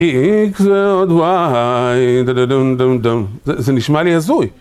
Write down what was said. איקס ועוד וואי, דה דה דום דום דום, זה נשמע לי הזוי.